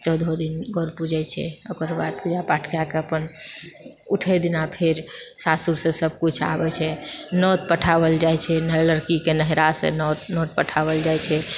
चौदहो दिन गौर पूजैत छै ओकर बाद पूजा पाठ कएके अपन उठै दिना फेर सासुरसँ सभ किछु आबैत छै नोत पठाओल जाइत छै लड़कीके नहिरासँ नोत नोत पठाओल जाइत छै